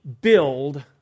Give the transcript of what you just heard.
build